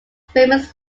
famous